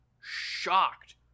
shocked